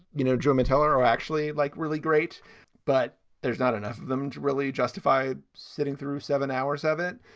you know, joe and teller are actually like really great but there's not enough of them to really justify sitting through seven hours of it.